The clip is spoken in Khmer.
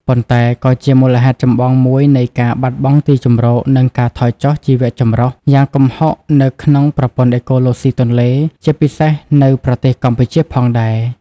ប៉ុន្តែក៏ជាមូលហេតុចម្បងមួយនៃការ បាត់បង់ទីជម្រក និងការថយចុះ ជីវៈចម្រុះ យ៉ាងគំហុកនៅក្នុងប្រព័ន្ធអេកូឡូស៊ីទន្លេ ជាពិសេសនៅប្រទេសកម្ពុជាផងដែរ។